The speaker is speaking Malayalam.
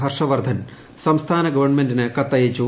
ഹർഷ് വർദ്ധൻ സംസ്ഥാന ഗവൺമെന്റിന് കത്തയച്ചു